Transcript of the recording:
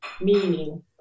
meaning